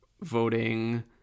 voting